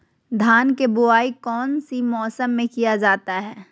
धान के बोआई कौन सी मौसम में किया जाता है?